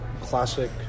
classic